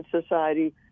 society